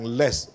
less